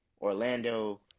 Orlando